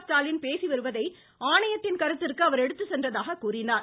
ஸ்டாலின் பேசி வருவதை ஆணையத்தின் கருத்திற்கு அவர் எடுத்துச் சென்றதாக கூறினார்